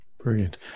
Brilliant